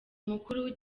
mukuru